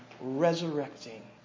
resurrecting